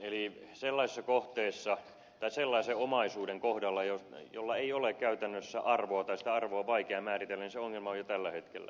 eli sellaisen omaisuuden kohdalla jolla ei ole käytännössä arvoa tai jolle sitä arvoa on vaikea määritellä se ongelma on jo tällä hetkellä